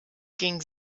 ging